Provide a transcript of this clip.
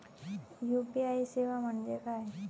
UPI सेवा म्हणजे काय?